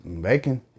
Bacon